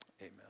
Amen